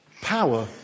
power